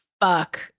fuck